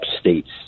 states